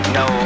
no